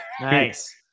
Nice